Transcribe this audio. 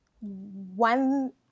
one